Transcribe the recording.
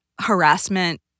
harassment